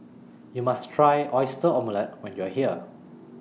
YOU must Try Oyster Omelette when YOU Are here